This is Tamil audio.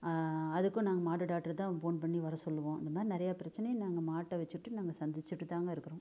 அதுக்கும் நாங்கள் மாட்டு டாக்டரை தான் ஃபோன் பண்ணி வர சொல்லுவோம் இந்த மாதிரி நிறைய பிரச்சினையை நாங்கள் மாட்டை வெச்சுட்டு நாங்கள் சந்திச்சிட்டு தாங்க இருக்கிறோம்